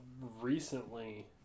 recently